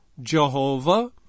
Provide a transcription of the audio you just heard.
Jehovah